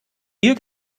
hier